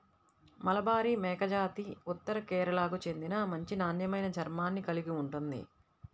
మలబారి మేకజాతి ఉత్తర కేరళకు చెందిన మంచి నాణ్యమైన చర్మాన్ని కలిగి ఉంటుంది